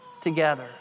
together